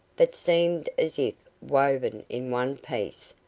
that seemed as if woven in one piece,